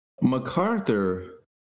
MacArthur